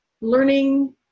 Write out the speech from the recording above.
learning